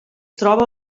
troba